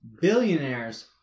Billionaires